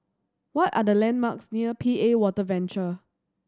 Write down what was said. what are the landmarks near P A Water Venture